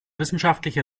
wissenschaftliche